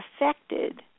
affected